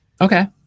Okay